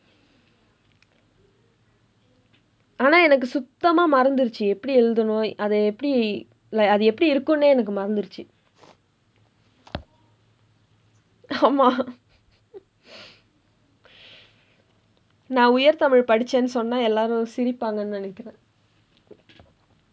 ஆனா எனக்கு சுத்தமா மறந்திருச்சு எப்படி எழுதனும் அத எப்படி:aanaa enakku suththamaa marandthiruchsu eppadi ezhuthanum atha eppadi like அது எப்படி இருக்கும் என்றே எனக்கு மறந்திருச்சு:athu eppadi irukkum enree enakku marandthiruchsu ஆமா நான் உயர்தமிழ் படித்தேன் என்று சொன்னால் எல்லோரும் சிரிப்பாங்கன்னு நினைக்கிறேன்:aamaa naan uyarthamizh padiththeen enru sonnaal elloorum sirippaangkannu ninaikkireen